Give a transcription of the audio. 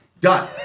Done